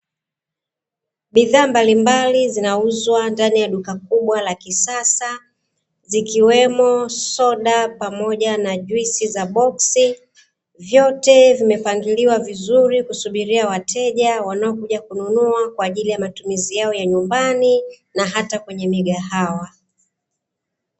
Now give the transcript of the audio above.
Bidhaa mbalimbali zinauzwa ndani ya duka kubwa la kisasa, zikiwemo soda pamoja na juisi za boksi, vyote vimepangiliwa vizuri kusubiria wateja wanaokuja kununua, kwa ajili ya matumizi yao ya nyumbani, na hata kwenye migahawa.